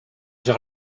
vers